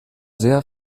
sehr